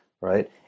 Right